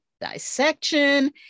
dissection